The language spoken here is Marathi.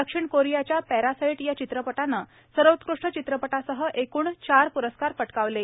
दक्षिण कोरियाच्या पॅरासाइट या चित्रपटानं सर्वोकृष्ट चित्रपटासह एकृण चार प्रस्कार पटकावले आहेत